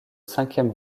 cinquième